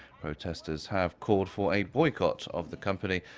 protesters have called for a boycott of the company,